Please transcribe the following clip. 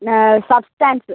substance